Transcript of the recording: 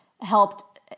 helped